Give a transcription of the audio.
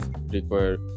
require